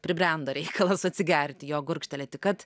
pribrendo reikalas atsigerti jo gurkštelėti kad